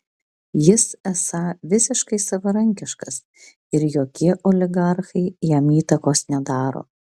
jis esą visiškai savarankiškas ir jokie oligarchai jam įtakos nedaro